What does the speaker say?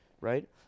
right